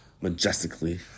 majestically